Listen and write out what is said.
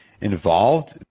involved